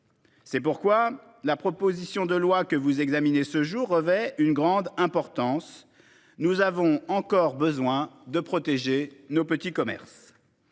Voilà pourquoi la proposition de loi que vous examinez aujourd'hui revêt une grande importance. Oui, nous avons encore besoin de protéger nos petits commerces